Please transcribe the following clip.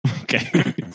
okay